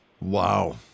Wow